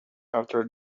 after